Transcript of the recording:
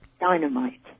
dynamite